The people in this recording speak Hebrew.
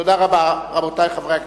תודה רבה, רבותי חברי הכנסת.